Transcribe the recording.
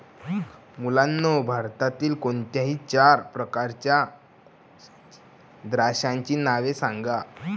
मुलांनो भारतातील कोणत्याही चार प्रकारच्या द्राक्षांची नावे सांगा